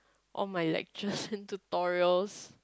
all my lectures and tutorials